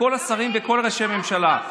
ראיינתי את כל השרים ואת כל ראשי הממשלה.